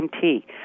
tea